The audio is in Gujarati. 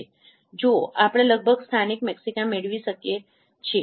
જુઓ આપણે લગભગ સ્થાનિક મેક્સિમા મેળવી શકીએ છીએ